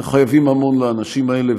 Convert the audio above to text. אנחנו חייבים המון לאנשים האלה,